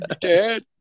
dad